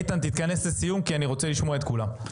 איתן, תתכנס לסיום כי אני רוצה לשמוע את כולם.